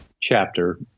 chapter